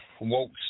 woke